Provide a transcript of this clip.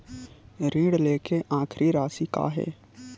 ऋण लेके आखिरी राशि का हे?